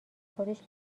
خودش